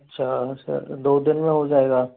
अच्छा सर दो दिन में हो जाएगा